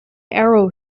arrow